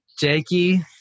Jakey